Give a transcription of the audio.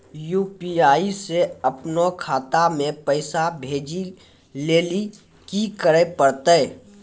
UPI से अपनो खाता मे पैसा भेजै लेली कि करै पड़तै?